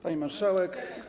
Pani Marszałek!